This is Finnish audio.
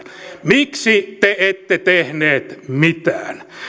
miksi te ette tehneet mitään